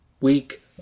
week